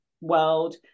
world